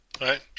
Right